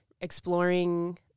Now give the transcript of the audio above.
exploring